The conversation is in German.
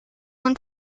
und